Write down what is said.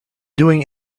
doing